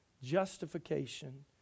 justification